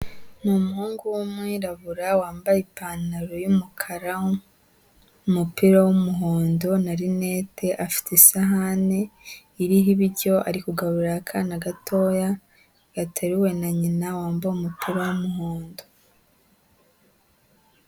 Ni umuhungu w'umwirabura wambaye ipantaro y'umukara, umupira w'umuhondo na rinete, afite isahane iriho ibiryo ari kugaburira akana gatoya gateruwe na nyina wambaye umupira w'umuhondo.